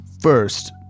First